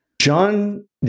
John